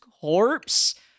corpse